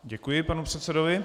Děkuji panu předsedovi.